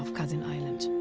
cousin island.